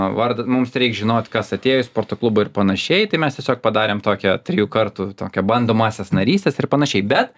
vardas mums reik žinot kas atėjo į sporto klubą ir panašiai tai mes tiesiog padarėm tokią trijų kartų tokią bandomąsias narystes ir panašiai bet